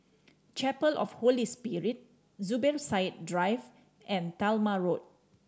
Chapel of Holy Spirit Zubir Said Drive and Talma Road